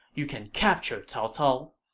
you can capture cao cao.